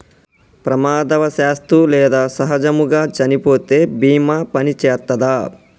ప్రమాదవశాత్తు లేదా సహజముగా చనిపోతే బీమా పనిచేత్తదా?